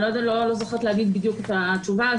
אני לא זוכרת להגיד בדיוק את התשובה,